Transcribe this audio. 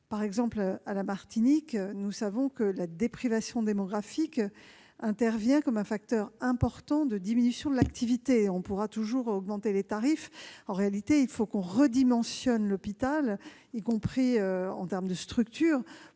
par exemple, à la Martinique, nous savons que la déprivation démographique est un facteur important de diminution de l'activité. On pourrait toujours augmenter les tarifs, mais il faudrait, en réalité, redimensionner l'hôpital, y compris en termes de structures,